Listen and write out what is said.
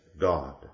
God